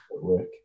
work